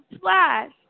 slash